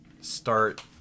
start